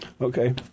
Okay